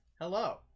hello